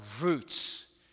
roots